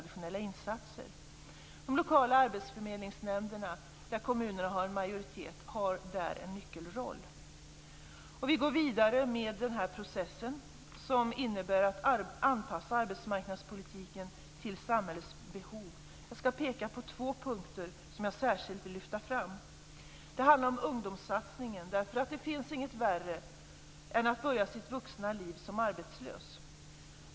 De lokala arbetsförmedlingsnämnderna, där kommunerna har en majoritet, har där en nyckelroll. Vi går vidare med denna process, som innebär att vi anpassar arbetsmarknadspolitiken till samhällets behov. Jag skall peka på två punkter som jag särskilt vill lyfta fram. Det handlar om ungdomssatsningen. Det finns inget värre än att börja sitt vuxna liv som arbetslös.